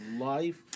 life